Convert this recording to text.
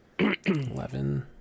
eleven